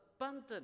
abundant